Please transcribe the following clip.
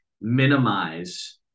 minimize